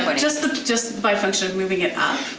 but just just by function of moving it ah